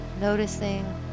noticing